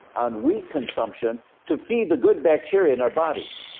on wheat consumption to feed the good bacteria in our bodies.